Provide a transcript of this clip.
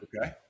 Okay